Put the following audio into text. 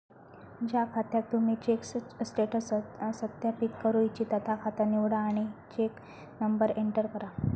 ज्या खात्याक तुम्ही चेक स्टेटस सत्यापित करू इच्छिता ता खाता निवडा आणि चेक नंबर एंटर करा